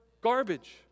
garbage